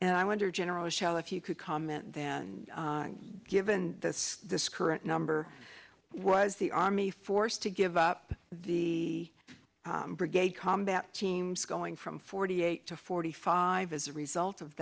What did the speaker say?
and i wonder general shall if you could comment then given this current number was the army forced to give up the brigade combat teams going from forty eight to forty five as a result of